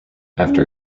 after